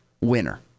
winner